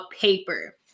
paper